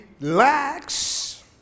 relax